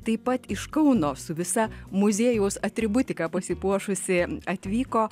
taip pat iš kauno su visa muziejaus atributika pasipuošusi atvyko